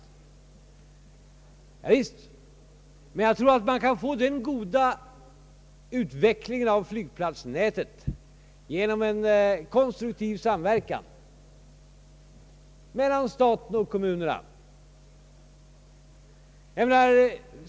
Ja visst, men jag tror man kan få denna goda utveckling av flygplatsnätet genom en konstruktiv samverkan mellan staten och kommunerna.